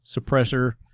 suppressor